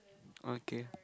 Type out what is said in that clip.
okay